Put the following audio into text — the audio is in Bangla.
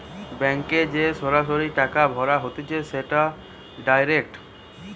ব্যাংকে যে সরাসরি টাকা ভরা হতিছে সেটা ডাইরেক্ট